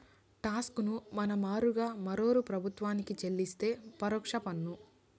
talks ను మన మారుగా మరోరూ ప్రభుత్వానికి చెల్లిస్తే పరోక్ష పన్ను